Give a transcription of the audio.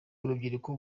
urubyiruko